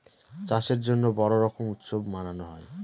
চাষের জন্য বড়ো রকম উৎসব মানানো হয়